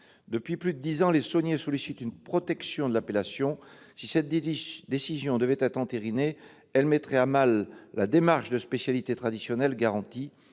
Depuis plus de dix ans, les sauniers sollicitent une protection de l'appellation. Si cette décision de l'INAO devait être entérinée, elle mettrait à mal la démarche de spécialité traditionnelle garantie